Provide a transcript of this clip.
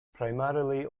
primarily